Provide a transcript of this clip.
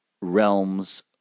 realms